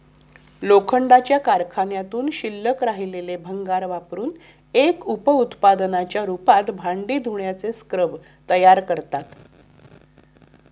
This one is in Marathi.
लोखंडाच्या कारखान्यातून शिल्लक राहिलेले भंगार वापरुन एक उप उत्पादनाच्या रूपात भांडी धुण्याचे स्क्रब तयार करतात